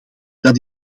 dat